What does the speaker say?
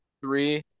Three